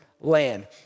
land